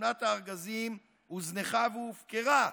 ושכונת הארגזים הוזנחה והופקרה,